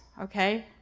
okay